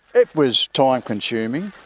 it was time consuming,